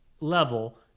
level